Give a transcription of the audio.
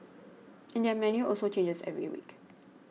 and their menu also changes every week